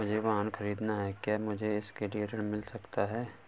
मुझे वाहन ख़रीदना है क्या मुझे इसके लिए ऋण मिल सकता है?